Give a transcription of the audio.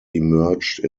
emerged